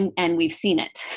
and and we've seen it.